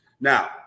now